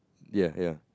ya ya